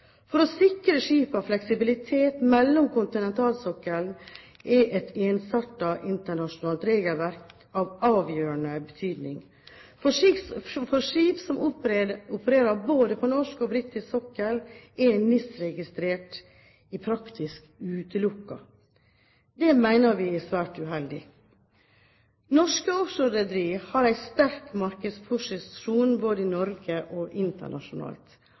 For å sikre skipene fleksibilitet mellom kontinentalsokler er et ensartet internasjonalt regelverk av avgjørende betydning. For skip som opererer på både norsk og britisk sokkel, er NIS i praksis utelukket. Det mener vi er svært uheldig. Norske offshorerederier har en sterk markedsposisjon både i Norge og internasjonalt,